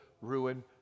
ruin